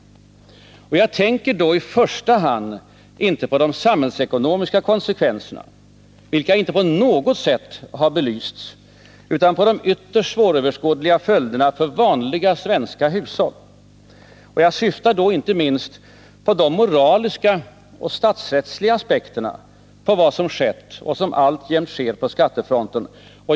Jag tänker i första hand inte på de samhällsekonomiska konsekvenserna, vilka inte på något sätt har belysts, utan på de ytterst svåröverskådliga följderna för vanliga svenska hushåll. Jag syftar inte minst på de moraliska och statsrättsliga aspekterna på vad som har skett och som alltjämt sker på skattefronten.